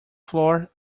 floor